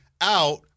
out